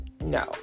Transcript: no